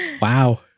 Wow